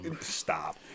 Stop